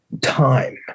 Time